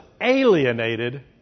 alienated